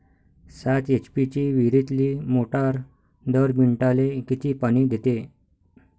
सात एच.पी ची विहिरीतली मोटार दर मिनटाले किती पानी देते?